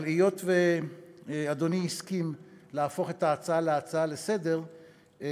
אבל היות שאדוני הסכים להפוך את ההצעה להצעה לסדר-היום,